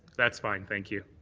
that's fine, thank you.